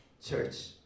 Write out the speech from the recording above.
Church